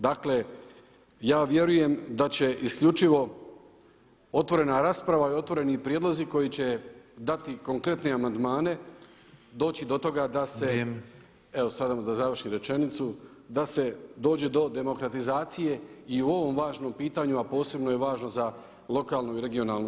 Dakle, ja vjerujem da će isključivo otvorena rasprava i otvoreni prijedlozi koji će dati konkretne amandmane doći do toga da se evo samo da završim rečenicu, da se dođe do demokratizacije i u ovom važnom pitanju, a posebno je važno za lokalnu i regionalnu samoupravu.